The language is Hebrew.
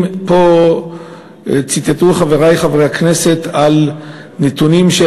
אם ציטטו פה חברי חברי הכנסת נתונים על